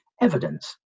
evidence